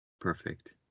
Perfect